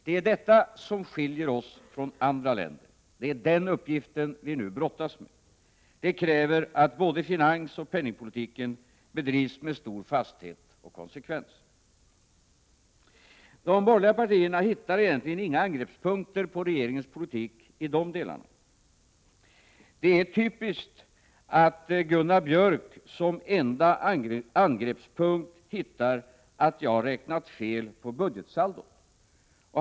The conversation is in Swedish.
Det är det som skiljer oss från andra länder. Det är den uppgiften vi nu brottas med. Det kräver att både finansoch penningpolitiken bedrivs med stor fasthet och konsekvens. De borgerliga partierna hittar egentligen inga angreppspunkter på regeringens politik i dessa delar. Det är typiskt att Gunnar Björk som enda angreppspunkt hittar att jag räknat fel på budgetsaldot.